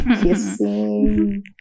kissing